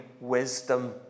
wisdom